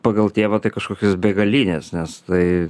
pagal tėvą tai kažkokios begalinės nes tai